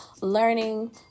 learning